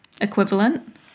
equivalent